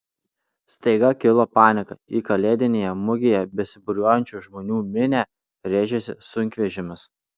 staiga kilo panika į kalėdinėje mugėje besibūriuojančių žmonių minią rėžėsi sunkvežimis